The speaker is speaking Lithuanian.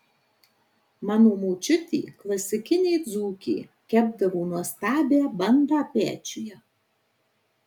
mano močiutė klasikinė dzūkė kepdavo nuostabią bandą pečiuje